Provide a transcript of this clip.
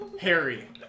Harry